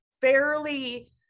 fairly